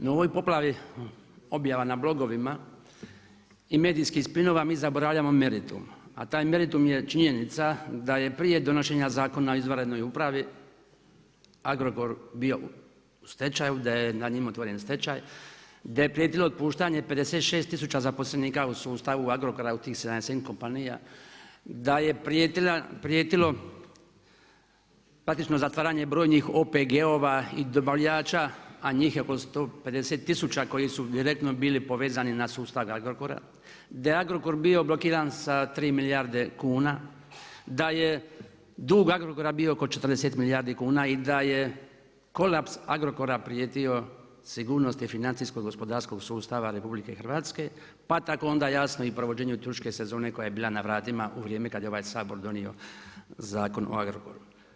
No u ovoj poplavi objava na blogovima i medijskih spinova mi zaboravljamo meritum a taj meritum je činjenica da je prije donošenja Zakona o izvanrednoj upravi Agrokor bio u stečaju da je nad njime otvoren stečaj, da je prijetilo otpuštanje 56 tisuća zaposlenika u sustavu Agrokora u, … da je prijetilo, praktično zatvaranje brojnih OPG-ova i dobavljača a njih je oko 150 tisuća koji su direktno bili povezani na sustav Agrokora, da je Agrokor bio blokiran sa 3 milijarde kuna, da je dug Agrokora bio oko 40 milijardi kuna i da je kolaps Agrokora prijetio sigurnosti financijskog gospodarskog sustava RH pa tako onda i jasno i provođenju turističke sezone koja je bila na vratima u vrijeme kada je ovaj Sabor donio Zakon o Agrokoru.